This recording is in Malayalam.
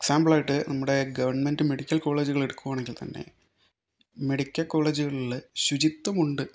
എക്സാമ്പിൾ ആയിട്ട് നമ്മുടെ ഗവൺമെൻറ് മെഡിക്കൽ കോളേജുകൾ എടുക്കുകയാണെങ്കിൽ തന്നെ മെഡിക്കൽ കോളേജുകളിൽ ശുചിത്വം ഉണ്ട്